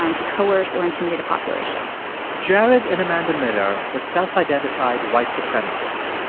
um to coerce or intimidate a population jerad and amanda miller were self-identified white supremacists.